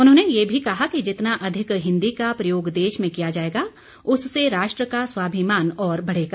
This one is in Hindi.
उन्होंने ये भी कहा कि जितना अधिक हिन्दी का प्रयोग देश में किया जाएगा उससे राष्ट्र का स्वाभिमान और बढ़ेगा